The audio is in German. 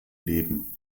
leben